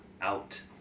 out